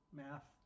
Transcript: math